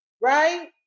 right